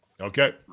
Okay